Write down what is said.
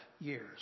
years